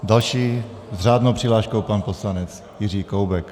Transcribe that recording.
Další s řádnou přihláškou pan poslanec Jiří Koubek.